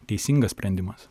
teisingas sprendimas